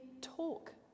talk